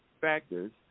factors